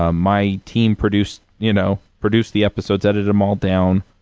ah my team produced you know produced the episodes, edited them all down.